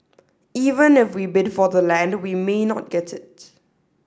even if we bid for the land we may not get it